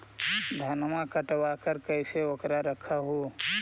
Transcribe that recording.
धनमा कटबाकार कैसे उकरा रख हू?